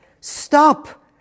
stop